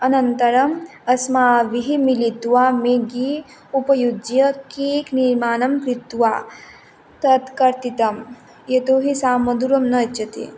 अनन्तरम् अस्माभिः मिलित्वा मेगि उपयुज्य केक् निर्माणं कृत्वा तत् कर्तितं यतोऽहि सा मधुरं न इच्छति